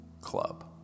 club